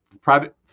Private